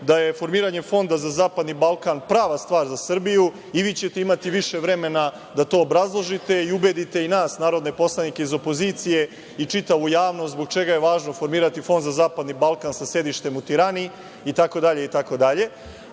da je formiranje fonda za zapadni Balkan prava stvar za Srbiju i vi ćete imati više vremena da to obrazložite i ubedite i nas narodne poslanike iz opozicije i čitavu javnost zbog čega je važno formirati fond za zapadni Balkan sa sedištem u Tirani, itd, itd. Mislim